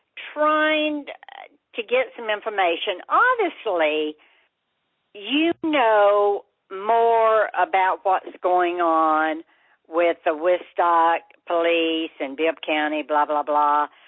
trying to get some information. obviously you know more about what is going on with the woodstock police and bibb county, blah, blah, blah.